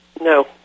No